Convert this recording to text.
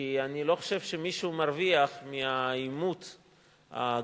כי אני לא חושב שמישהו מרוויח מהעימות הגלוי,